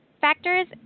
Factors